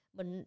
Mình